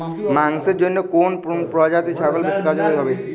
মাংসের জন্য কোন প্রজাতির ছাগল বেশি কার্যকরী হবে?